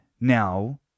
now